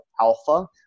alpha